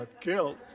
killed